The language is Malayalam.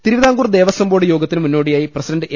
തിരുവിതാംകൂർ ദേവസ്വം ബോർഡ് യോഗത്തിന് മുന്നോടി യായി പ്രസിഡണ്ട് എ